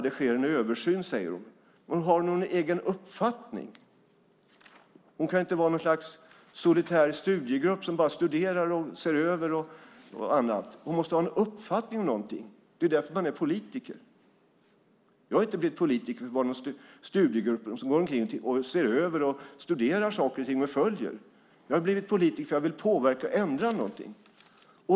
Det sker en översyn, säger hon. Har statsrådet någon egen uppfattning? Hon kan ju inte vara något slags solitär studiegrupp som bara studerar och ser över. Statsrådet måste ha en uppfattning. Det är därför man är politiker. Jag har inte blivit politiker för att vara en studiegrupp som ser över och studerar saker och ting. Jag har blivit politiker för att jag vill påverka och ändra.